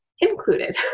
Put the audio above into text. included